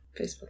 Facebook